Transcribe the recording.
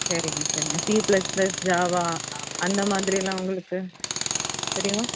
சரிங்க சரிங்க C plus plus Java அந்த மாதிரியெலாம் உங்களுக்கு தெரியுமா